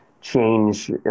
change